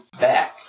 back